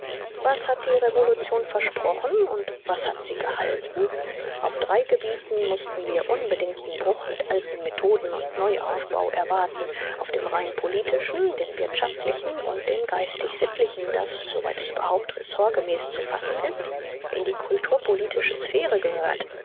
was hat die revolution versprochen und was hat sie gehalten auf drei gebieten mußten wir unbedingten bruch mit alten methoden und neuaufbau erwarten auf dem rein politischen dem wirtschaftlichen und dem geistig-sittlichen das soweit es überhaupt ressortgemäß zu fassen ist in die kulturpolitische sphäre gehört